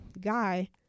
guy